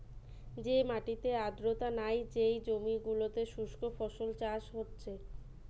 যে মাটিতে আর্দ্রতা নাই, যেই জমি গুলোতে শুস্ক ফসল চাষ হতিছে